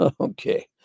Okay